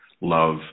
Love